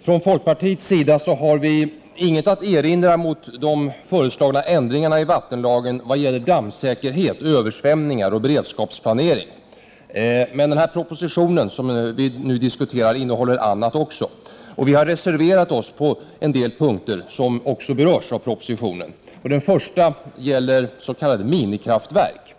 Från folkpartiets sida har vi inget att erinra mot de föreslagna ändringarna i vattenlagen vad gäller dammsäkerhet, översvämningar och beredskapsplanering. Men den proposition vi nu diskuterar innehåller också annat. Vi har reserverat oss på en del punkter som berörs i propositionen. Den första gäller s.k. minikraftverk.